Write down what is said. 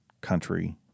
country